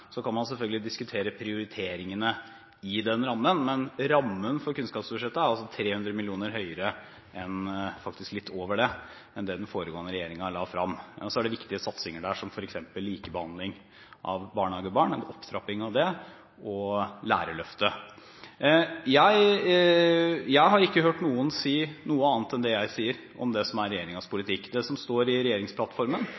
Så kan man selvfølgelig diskutere prioriteringene i den rammen, men rammen for kunnskapsbudsjettet er altså 300 mill. kr høyere – og faktisk litt over det – enn det den foregående regjeringen la frem. Så er det viktige satsinger der, som f.eks. likebehandling av barnehagebarn og en opptrapping av det, og lærerløftet. Jeg har ikke hørt noen si noe annet enn det jeg sier om det som er